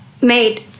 made